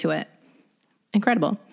incredible